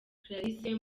clarisse